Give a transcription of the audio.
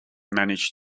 managed